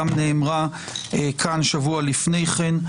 גם נאמרה כאן שבוע לפני כן.